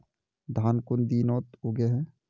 धान कुन दिनोत उगैहे